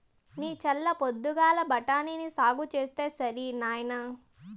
నీ చల్ల పొద్దుగాల బఠాని సాగు చేస్తే సరి నాయినా